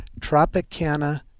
Tropicana